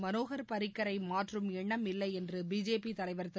மனோகர் பாரிக்கரை மாற்றும் எண்ணம் இல்லை என்று பிஜேபி தலைவர் திரு